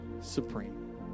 supreme